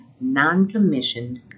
non-commissioned